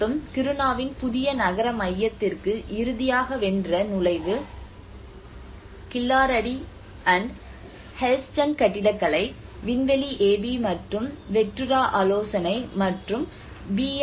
மற்றும் கிருணாவின் புதிய நகர மையத்திற்கு இறுதியாக வென்ற நுழைவு கில்லாரடி ஹெல்ஸ்டன் கட்டிடக்கலை விண்வெளி ஏபி மற்றும் வெக்டுரா ஆலோசனை மற்றும் பி